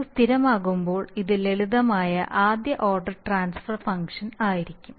u സ്ഥിരമാകുമ്പോൾ ഇത് ലളിതമായ ആദ്യ ഓർഡർ ട്രാൻസ്ഫർ ഫംഗ്ഷനായിരിക്കും